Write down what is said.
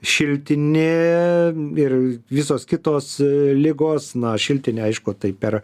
šiltinė ir visos kitos ligos na šiltinė aišku tai per